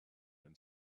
and